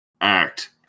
act